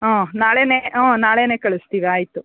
ಹಾಂ ನಾಳೆನೇ ಹ್ಞೂ ನಾಳೆನೇ ಕಳಿಸ್ತೀವಿ ಆಯಿತು